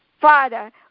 Father